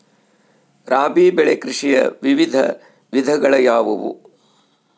ರಾಬಿ ಬೆಳೆ ಕೃಷಿಯ ವಿವಿಧ ವಿಧಗಳು ಯಾವುವು?